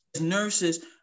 nurses